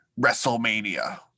WrestleMania